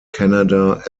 canada